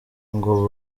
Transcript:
ngo